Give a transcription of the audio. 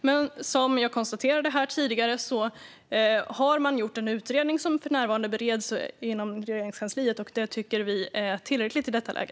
Men som jag konstaterade här tidigare har man gjort en utredning som för närvarande bereds inom Regeringskansliet, och det tycker vi är tillräckligt i detta läge.